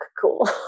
cool